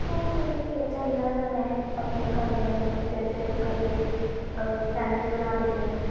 ਸੋ ਆਪਣੇ ਜਿਹੜੇ ਪੇਰੈਂਟਸ ਹੈਗੇ ਆ ਜਾਂ ਮੈਂ ਆਪਣੇ ਘਰਦਿਆਂ ਨੂੰ ਮਤਲਬ ਸਵੇਰੇ ਸਵੇਰੇ ਕਈ ਵਾਰੀ ਸੈਂਡਵਿਚ ਬਣਾ ਦਿੰਦੀ ਹਾਂ